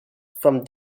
from